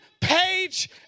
page